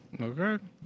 Okay